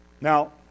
Now